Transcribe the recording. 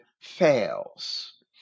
fails